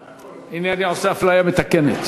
הנה, אני עושה אפליה מתקנת.